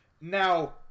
Now